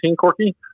corky